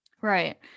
Right